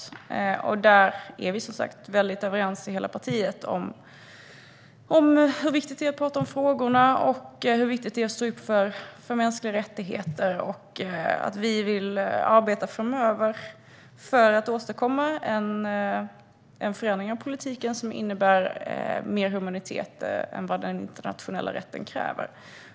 Vi är överens i hela partiet om hur viktigt det är att tala om frågorna och stå upp för mänskliga rättigheter. Vi vill framöver arbeta för att åstadkomma en förändring av politiken, som innebär mer humanitet än vad den internationella rätten kräver.